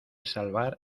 salvar